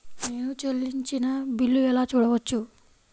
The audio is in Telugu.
నేను చెల్లించిన బిల్లు ఎలా చూడవచ్చు?